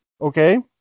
Okay